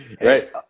Right